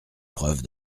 preuve